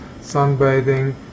sunbathing